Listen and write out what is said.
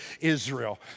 Israel